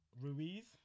Ruiz